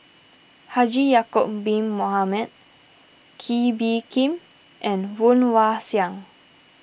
Haji Ya'Acob Bin Mohamed Kee Bee Khim and Woon Wah Siang